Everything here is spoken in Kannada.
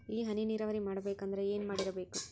ಈ ಹನಿ ನೀರಾವರಿ ಮಾಡಬೇಕು ಅಂದ್ರ ಏನ್ ಮಾಡಿರಬೇಕು?